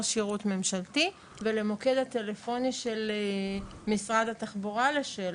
שירות ממשלתי ולמוקד הטלפוני של משרד התחבורה לשאלות.